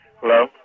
Hello